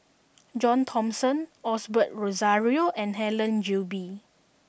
John Thomson Osbert Rozario and Helen Gilbey